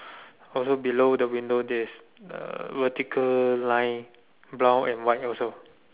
also below the window there's uh vertical line brown and white also